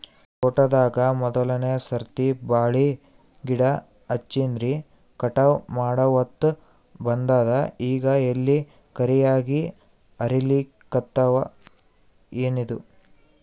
ತೋಟದಾಗ ಮೋದಲನೆ ಸರ್ತಿ ಬಾಳಿ ಗಿಡ ಹಚ್ಚಿನ್ರಿ, ಕಟಾವ ಮಾಡಹೊತ್ತ ಬಂದದ ಈಗ ಎಲಿ ಕರಿಯಾಗಿ ಹರಿಲಿಕತ್ತಾವ, ಏನಿದು?